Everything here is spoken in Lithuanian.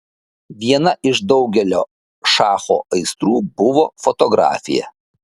viena iš daugelio šacho aistrų buvo fotografija